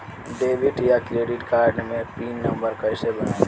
Debit या credit card मे pin number कैसे बनाएम?